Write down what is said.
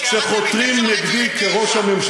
כשירדתם מ-9.5 ל-9,